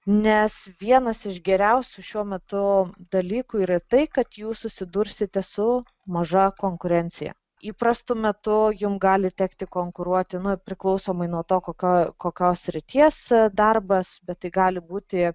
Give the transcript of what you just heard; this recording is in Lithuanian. nes vienas iš geriausių šiuo metu dalykų yra tai kad jūs susidursite su maža konkurencija įprastu metu jum gali tekti konkuruoti na priklausomai nuo to kokioj kokios srities darbas bet tai gali būti